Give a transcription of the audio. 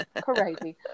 crazy